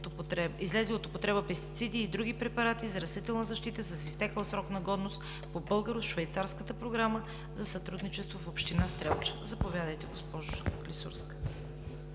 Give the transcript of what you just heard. излезли от употреба пестициди и други препарати за растителна защита с изтекъл срок на годност“ по българо-швейцарската програма за сътрудничество в община Стрелча. Заповядайте, госпожо Клисурска.